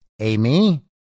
Amy